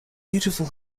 beautiful